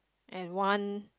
and one